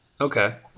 Okay